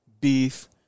beef